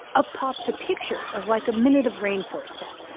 ah pops a picture of, like, a minute of rainforest sound,